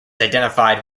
identified